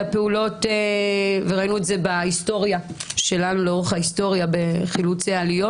פעולות וראינו את זה לאורך ההיסטוריה בחילוצי עליות.